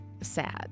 sad